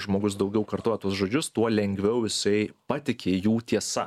žmogus daugiau kartoja tuos žodžius tuo lengviau jisai patiki jų tiesa